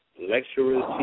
lecturers